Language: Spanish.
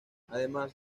además